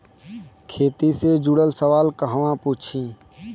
खेती से जुड़ल सवाल कहवा पूछी?